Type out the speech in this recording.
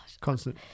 Constant